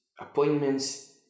Appointments